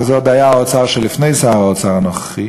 וזה עוד היה האוצר שלפני שר האוצר הנוכחי,